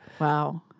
Wow